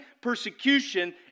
persecution